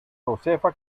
josefa